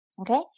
Okay